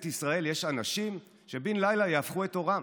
ישראל יש אנשים שבן לילה יהפכו את עורם?